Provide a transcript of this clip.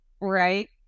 right